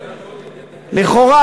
לכאורה,